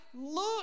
Look